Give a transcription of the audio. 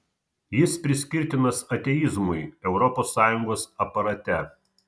jis priskirtinas ateizmui europos sąjungos aparate